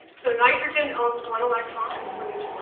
so nitrogen owns one electrons from each